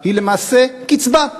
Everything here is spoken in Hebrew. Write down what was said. היא למעשה קצבה,